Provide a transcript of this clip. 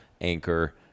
Anchor